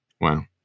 wow